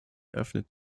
öffnet